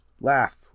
laugh